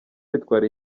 bitwara